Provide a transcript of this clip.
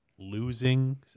losing